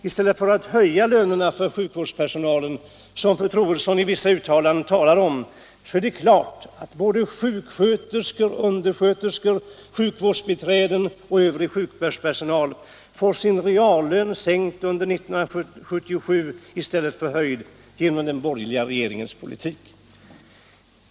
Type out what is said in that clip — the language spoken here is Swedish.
I stället för höjda löner för sjukvårdspersonalen — som fru Troedsson i vissa uttalanden talar om — får både sjuksköterskor, undersköterskor, sjukvårdsbiträden och övrig sjukvårdspersonal sin reallön sänkt under 1977 genom den borgerliga regeringens politik.